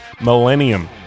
millennium